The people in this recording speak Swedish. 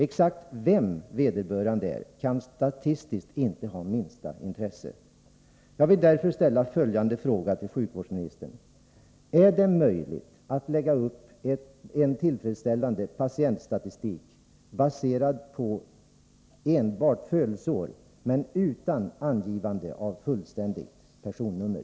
Exakt vem vederbörande är kan statistiskt inte ha minsta intresse. Är det möjligt att lägga upp en tillfredsställande patientstatistik baserad på enbart födelseår, utan angivande av fullständigt personnummer?